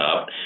up